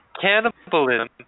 Cannibalism